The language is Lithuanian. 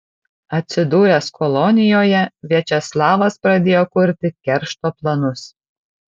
atsidūręs kolonijoje viačeslavas pradėjo kurti keršto planus